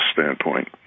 standpoint